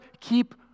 keep